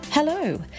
Hello